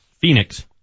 Phoenix